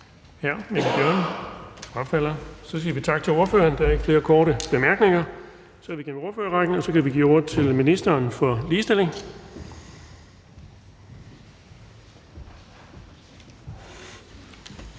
anden korte bemærkning. Så siger vi tak til ordføreren. Der er ikke flere korte bemærkninger. Så er vi igennem ordførerrækken, og så kan vi give ordet til ministeren for ligestilling.